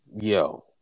yo